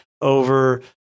over